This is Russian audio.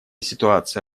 ситуация